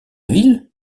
ville